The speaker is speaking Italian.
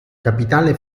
capitale